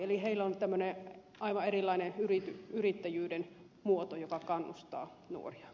eli siellä on aivan erilainen yrittäjyyden muoto joka kannustaa nuoria